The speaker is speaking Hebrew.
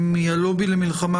מהלובי למלחמה